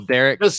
Derek